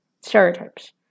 Stereotypes